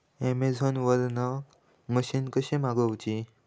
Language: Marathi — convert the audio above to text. अमेझोन वरन मशीन कशी मागवची?